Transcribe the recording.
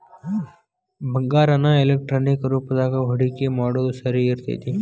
ಬಂಗಾರಾನ ಎಲೆಕ್ಟ್ರಾನಿಕ್ ರೂಪದಾಗ ಹೂಡಿಕಿ ಮಾಡೊದ್ ಸರಿ ಇರ್ತೆತಿ